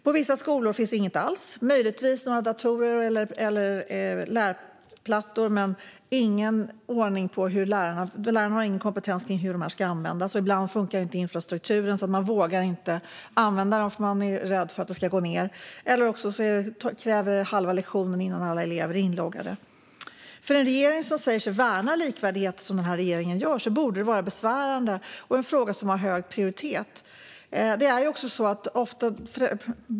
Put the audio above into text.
På vissa skolor finns ingenting alls. Möjligtvis finns några datorer eller lärplattor, men lärarna har ingen kompetens när det gäller hur de ska användas. Ibland funkar inte infrastrukturen. Då vågar man inte använda dem för att man är rädd för att det ska gå ned. Eller så tar det halva lektionen innan alla elever är inloggade. För en regering som säger sig värna likvärdighet, som denna regering gör, borde detta vara besvärande och en fråga som har hög prioritet.